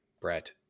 Brett